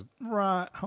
Right